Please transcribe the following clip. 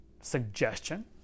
suggestion